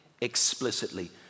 explicitly